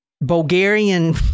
Bulgarian